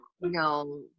no